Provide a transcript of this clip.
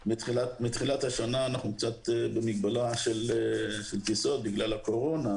מתחילת השנה אנחנו קצת במגבלה של טיסות בגלל הקורונה,